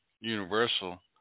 Universal